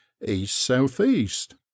East-South-East